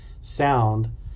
sound